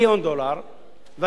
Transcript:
ואתה מוכר אותה במיליון דולר,